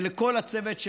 ולכל הצוות,